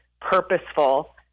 purposeful